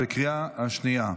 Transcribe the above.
בקריאה השנייה.